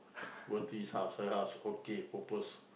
go to his house her house okay propose